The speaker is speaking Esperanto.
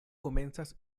komencas